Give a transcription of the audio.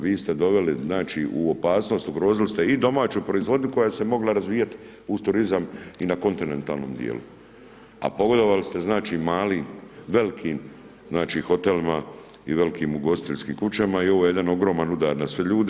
Vi ste doveli znači u opasnost, ugrozili ste i domaću proizvodnju koja se mogla razvijati uz turizam i na kontinentalnom dijelu a pogodovali ste znači malim, velikim znači hotelima i velikim ugostiteljskim kućama i ovo je jedan ogroman udar na sve ljude.